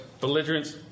belligerents